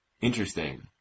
Interesting